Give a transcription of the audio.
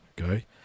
okay